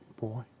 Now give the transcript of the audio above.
Boy